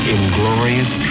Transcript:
Inglorious